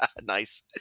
Nice